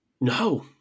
No